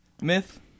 myth